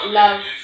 love